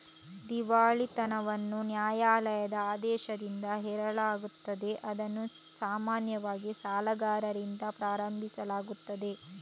ದಿವಾಳಿತನವನ್ನು ನ್ಯಾಯಾಲಯದ ಆದೇಶದಿಂದ ಹೇರಲಾಗುತ್ತದೆ, ಇದನ್ನು ಸಾಮಾನ್ಯವಾಗಿ ಸಾಲಗಾರರಿಂದ ಪ್ರಾರಂಭಿಸಲಾಗುತ್ತದೆ